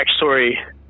backstory